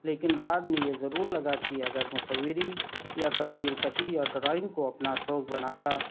لیکن بعد میں یہ ضرور لگا کہ اگر مصوری یا تصویر کشی اور ڈرائنگ کو اپنا شوق بناتا